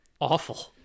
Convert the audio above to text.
Awful